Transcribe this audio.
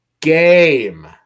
game